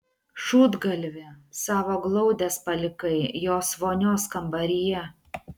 šūdgalvi savo glaudes palikai jos vonios kambaryje